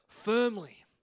Firmly